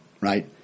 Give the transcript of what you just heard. Right